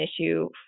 issue